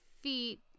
feet